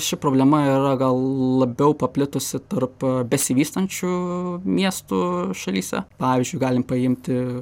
ši problema yra gal labiau paplitusi tarp besivystančių miestų šalyse pavyzdžiui galim paimti